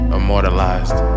Immortalized